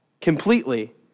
completely